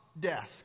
desk